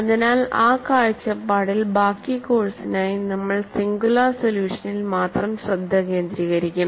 അതിനാൽ ആ കാഴ്ചപ്പാടിൽ ബാക്കി കോഴ്സിനായി നമ്മൾ സിംഗുലാർ സൊല്യൂഷനിൽ മാത്രം ശ്രദ്ധ കേന്ദ്രീകരിക്കും